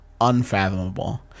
unfathomable